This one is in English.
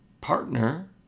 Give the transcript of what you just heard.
partner